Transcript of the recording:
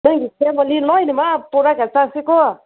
ꯅꯪꯒꯤ ꯐꯦꯃꯤꯂꯤ ꯂꯣꯏꯅꯃꯛ ꯄꯨꯔꯒ ꯆꯠꯁꯤꯀꯣ